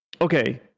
Okay